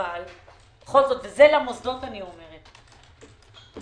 אבל בכל זאת וזה אני אומרת למוסדות